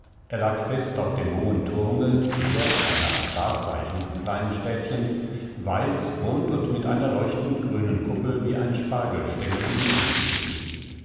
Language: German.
er lag fest auf dem hohen turme der eine art wahrzeichen des kleinen städtchens weiß rund und mit einer leuchtend grünen kuppel wie ein spargelstengel in die lüfte stieg